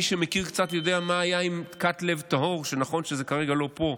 מי שמכיר קצת יודע מה היה עם כת "לב טהור" שנכון שזה כרגע לא פה,